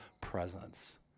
presence